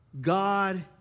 God